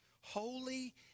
Holy